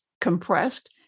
compressed